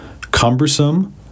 Cumbersome